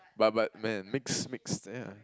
but but man mixed mixed yeah